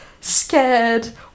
scared